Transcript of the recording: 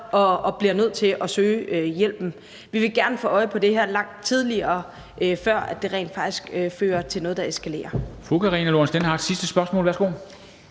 og bliver nødt til at søge hjælp. Vi vil gerne kunne få øje på det her langt tidligere, før det rent faktisk fører til noget, der eskalerer. Kl. 13:49 Formanden (Henrik Dam